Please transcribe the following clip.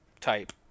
type